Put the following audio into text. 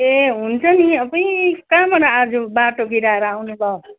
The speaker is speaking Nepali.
ए हुन्छ नि अपुइ कहाँबाट आज बाटो बिराएर आउनु भयो